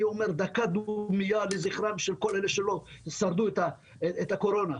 דקה דומייה לזכרם של כל אלה שלא שרדו את הקורונה,